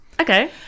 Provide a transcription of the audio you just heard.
okay